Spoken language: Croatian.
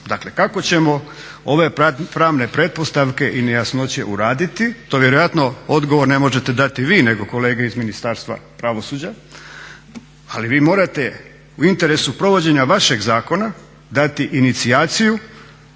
Dakle, kako ćemo ove pravne pretpostavke i nejasnoće uraditi? To vjerojatno odgovor ne možete dati vi nego kolege iz Ministarstva pravosuđa, ali vi morate u interesu provođenja vašeg zakona dati inicijaciju,